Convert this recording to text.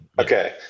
Okay